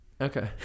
Okay